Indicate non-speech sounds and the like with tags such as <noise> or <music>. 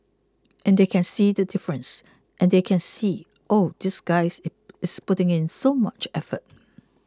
and they can see the difference and they can see oh this guys <noise> is putting in so much effort